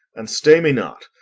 and stay me not.